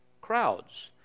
crowds